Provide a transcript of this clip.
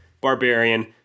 Barbarian